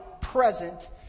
present